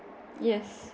yes